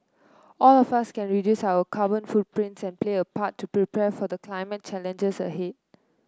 all of us can reduce our carbon footprints and play a part to prepare for the climate challenges ahead